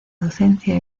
docencia